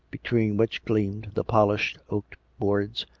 between which gleamed the polished oak boards,